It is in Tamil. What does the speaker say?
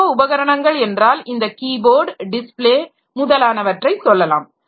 IO உபகரணங்கள் என்றால் இந்த கீ போர்டு டிஸ்பிளே முதலானவற்றை சொல்லலாம்